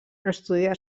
estudià